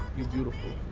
you beautiful.